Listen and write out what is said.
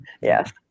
Yes